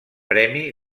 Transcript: premi